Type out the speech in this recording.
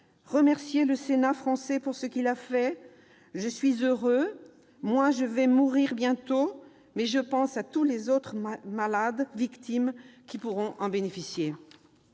Remerciez le Sénat français pour ce qu'il a fait, je suis heureux. Moi, je vais mourir bientôt, mais je pense à tous les autres malades victimes qui pourront en bénéficier.